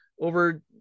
over